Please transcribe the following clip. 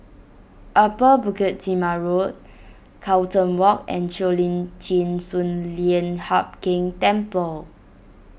Upper Bukit Timah Road Carlton Walk and Cheo Lim Chin Sun Lian Hup Keng Temple